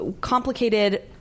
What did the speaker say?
complicated